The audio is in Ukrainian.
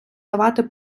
давати